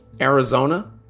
Arizona